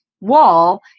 wall